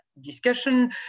discussion